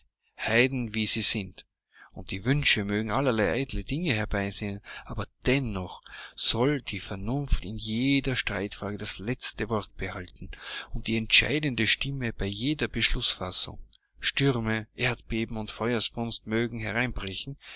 wie sie sind und die wünsche mögen allerlei eitle dinge herbeisehnen aber dennoch soll die vernunft in jeder streitfrage das letzte wort behalten und die entscheidende stimme bei jeder beschlußfassung stürme erdbeben und feuersbrunst mögen hereinbrechen